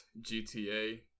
GTA